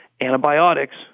antibiotics